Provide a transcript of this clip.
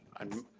i'm,